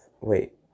Wait